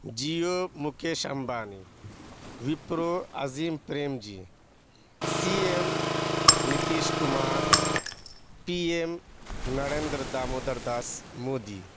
Jio Mukesh Ambani Wipro Azim Premji C M Nitish Kumar P M Narendra Damodardas Modi